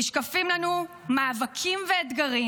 נשקפים לנו מאבקים ואתגרים.